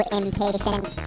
impatient